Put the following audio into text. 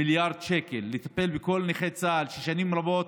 מיליארד שקל, לטפל בכל נכי צה"ל, ששנים רבות